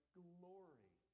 glory